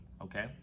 Okay